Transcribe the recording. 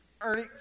Ernie